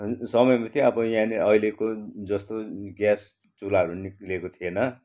समयमा थियो अब याहाँनिर अहिलेको जस्तो ग्यास चुल्हाहरू निक्लेको थिएन